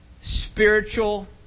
spiritual